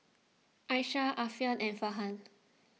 Aishah Alfian and Farhan